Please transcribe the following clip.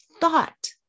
thought